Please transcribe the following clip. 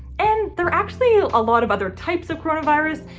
and there are actually a lot of other types of corona virus,